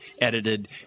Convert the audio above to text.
edited